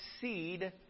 seed